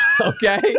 Okay